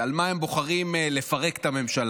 "על מה הם בוחרים לפרק את הממשלה?"